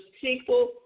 people